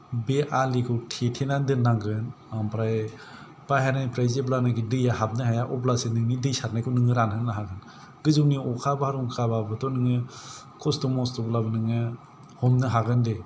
बे आलिखौ थेथेनानै दोननांगोन ओमफ्राय बाहेरानिफ्राय जेब्लानोखि दैया हाबनो हाया अब्लासो नोंनि दै सारनायखौ नोङो रानहोनो हागोन गोजौनि अखा बारहुंखाब्लाबोथ' नोङो खस्त' मस्त'ब्लाबो नोङो हमनो हागोन दे